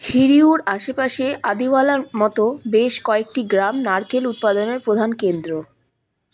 হিরিউর আশেপাশে আদিওয়ালার মতো বেশ কয়েকটি গ্রাম নারকেল উৎপাদনের প্রধান কেন্দ্র